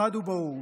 חד וברור.